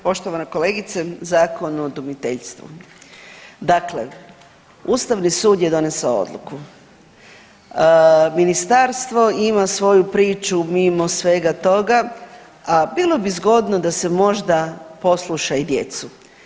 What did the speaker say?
Poštovana kolegice Zakon o udomiteljstvu, dakle Ustavni sud je donesao odluku, ministarstvo ima svoju priču mimo svega toga, a bilo bi zgodno da se možda posluša i djecu.